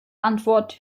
antwort